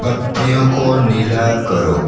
बत्तियों को नीला करो